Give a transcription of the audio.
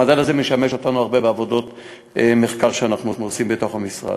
המדד הזה משמש אותנו הרבה בעבודות מחקר שאנחנו עושים בתוך המשרד.